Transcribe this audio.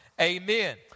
amen